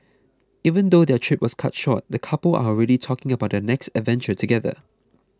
even though their trip was cut short the couple are already talking about their next adventure together